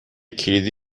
کلیدی